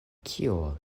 kio